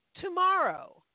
Tomorrow